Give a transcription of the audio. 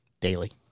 Daily